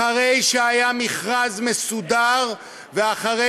אחרי שהיה מכרז מסודר ואחרי